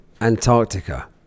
Antarctica